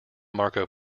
marco